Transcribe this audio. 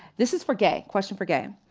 this is for gay, question for gay.